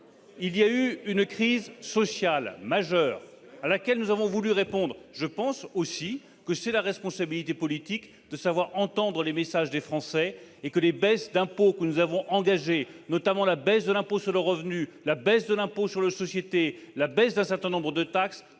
il y a eu une crise sociale majeure à laquelle nous avons voulu répondre. C'est la responsabilité du politique de savoir entendre les messages des Français. Les baisses d'impôts que nous avons engagées, notamment la baisse de l'impôt sur le revenu, la baisse de l'impôt sur les sociétés et la baisse d'un certain nombre de taxes,